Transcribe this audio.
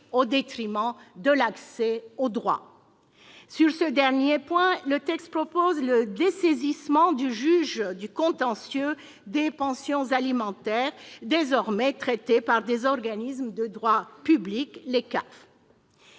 au détriment de l'accès au droit. Sur ce dernier point, le texte prévoit le dessaisissement du juge du contentieux des pensions alimentaires, désormais traité par des organismes de droit public, les